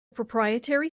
proprietary